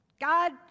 God